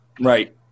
Right